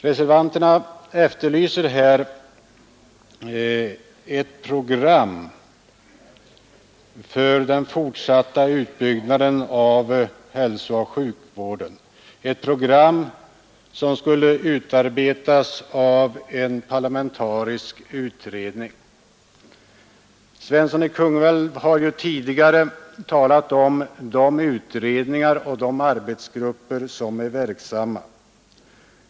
Reservanterna efterlyser ett program för den fortsatta utbyggnaden av hälsooch sjukvården, ett program som skulle utarbetas av en parlamentarisk utredning. Herr Svensson i Kungälv har ju tidigare talat om de utredningar och de arbetsgrupper som är verksamma.